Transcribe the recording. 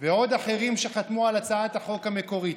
ועוד אחרים שחתמו על הצעת החוק המקורית,